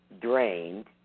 drained